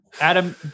Adam